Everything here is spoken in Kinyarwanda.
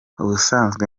ubusanzwe